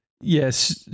Yes